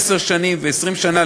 עשר שנים ו-20 שנה,